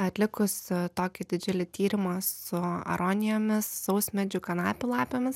atlikus tokį didžiulį tyrimą su aronijomis sausmedžių kanapių lapėmis